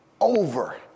Over